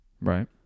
Right